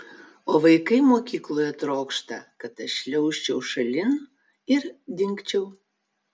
o vaikai mokykloje trokšta kad aš šliaužčiau šalin ir dingčiau